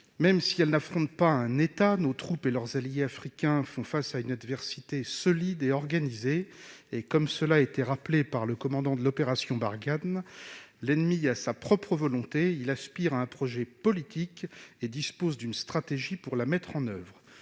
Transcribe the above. Même si elles n'affrontent pas un État, nos troupes et leurs alliés africains font face à une adversité solide et organisée. Comme le commandant de l'opération Barkhane l'a rappelé, « l'ennemi a sa propre volonté : il aspire à un projet politique et dispose d'une stratégie pour le mettre en oeuvre